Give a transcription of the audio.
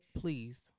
please